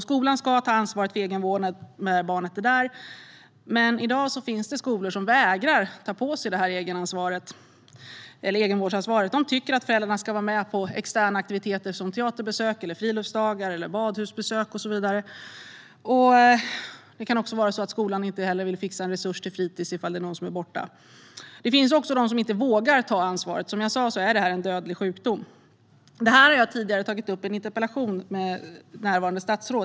Skolan ska ta ansvaret för egenvården när barnet är där, men i dag finns det skolor som vägrar att ta på sig det ansvaret. De tycker att föräldrarna ska vara med på externa aktiviteter som teaterbesök, friluftsdagar eller badhusbesök. Det kan också vara så att skolan inte vill fixa en resurs till fritis om någon är borta. Det finns också de som inte vågar ta ansvaret; som jag sa är detta en dödlig sjukdom. Detta har jag tidigare tagit upp i en interpellation med det närvarande statsrådet.